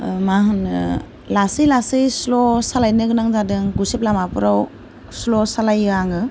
मा होनो लासै लासै स्ल' सालायनो गोनां जादों गुसेब लामाफोराव स्ल' सालायो आङो